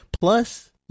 plus